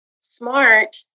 smart